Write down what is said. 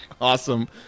Awesome